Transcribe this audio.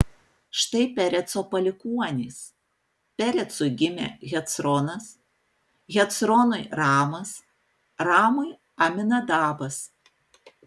štai pereco palikuonys perecui gimė hecronas hecronui ramas ramui aminadabas